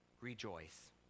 Rejoice